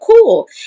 cool